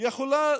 יכולה